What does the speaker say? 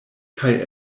kaj